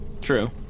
True